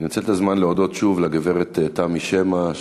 אני אנצל את הזמן להודות שוב לגברת תמי שמע,